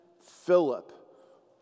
Philip